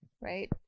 right